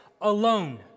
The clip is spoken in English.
alone